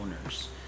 owners